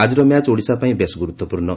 ଆଜିର ମ୍ୟାଚ୍ ଓଡ଼ିଶା ପାଇଁ ବେଶ୍ ଗୁରୁତ୍ୱପୂର୍ଷ୍ଣ